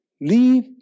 leave